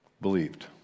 believed